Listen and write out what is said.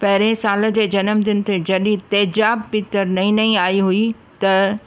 पहिरियें साल जे जनमदिन ते जॾहिं तेज़ाब पिकिचरु नईं नईं आई हुई त